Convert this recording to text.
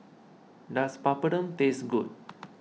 does Papadum taste good